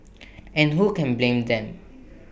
and who can blame them